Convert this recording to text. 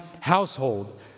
household